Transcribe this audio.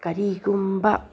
ꯀꯔꯤꯒꯨꯝꯕ